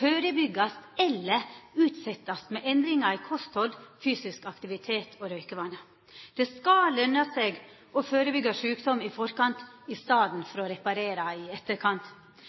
førebyggjast eller utsetjast med endringar i kosthald, fysisk aktivitet og røykjevanar. Det skal løna seg å førebyggja sjukdom i forkant i staden for å reparera i etterkant.